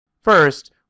First